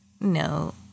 No